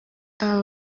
aba